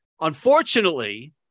Unfortunately